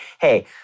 Hey